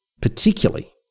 Particularly